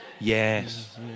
yes